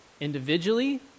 individually